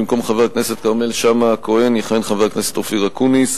במקום חבר הכנסת כרמל שאמה-הכהן יכהן חבר הכנסת אופיר אקוניס,